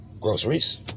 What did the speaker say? groceries